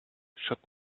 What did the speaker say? should